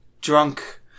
drunk